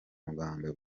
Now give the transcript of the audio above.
muganga